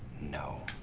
no,